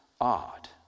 odd